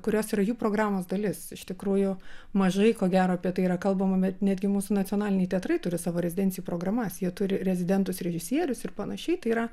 kurios yra jų programos dalis iš tikrųjų mažai ko gero apie tai yra kalbama bet netgi mūsų nacionaliniai teatrai turi savo rezidencijų programas jie turi rezidentus režisierius ir panašiai tai yra